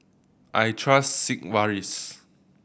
I trust Sigvaris